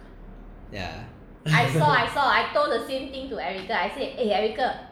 yeah